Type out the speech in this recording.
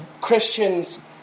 Christian's